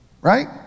right